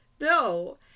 No